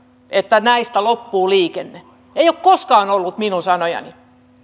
että näistä loppuu liikenne ovat olleet opposition omia ne eivät ole koskaan olleet minun sanojani